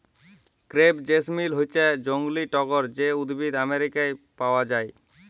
crepe jasmine হচ্যে জংলী টগর যে উদ্ভিদ আমেরিকায় পাওয়া যায়